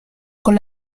con